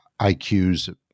IQs